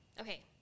Okay